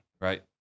Right